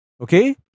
Okay